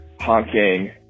honking